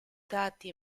dati